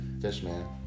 Fishman